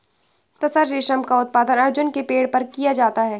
तसर रेशम का उत्पादन अर्जुन के पेड़ पर किया जाता है